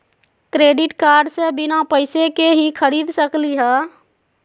Credit card से बिना पैसे के ही खरीद सकली ह?